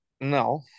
No